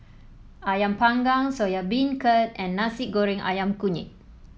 ayam Panggang Soya Beancurd and Nasi Goreng ayam Kunyit